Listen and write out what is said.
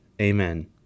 Amen